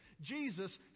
Jesus